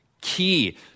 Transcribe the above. key